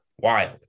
wild